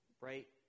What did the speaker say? Right